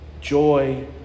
joy